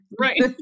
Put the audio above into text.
Right